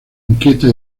inquieta